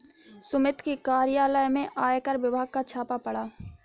सुमित के कार्यालय में आयकर विभाग का छापा पड़ा